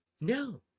No